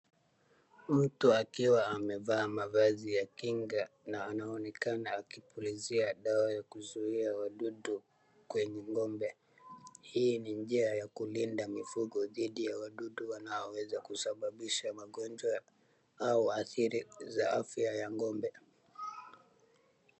Mtu akiwa amevaa mavazi ya kinga na anaonekana akipulizia dawa ya kuzuia wadudu kwenye ng'ombe. Hii ni njia ya kulinda mifugo dhidi ya wadudu wanaoweza kusababisha magonjwa au adhari za afya ya ng'ombe.